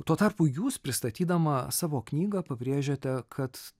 tuo tarpu jūs pristatydama savo knygą pabrėžiate kad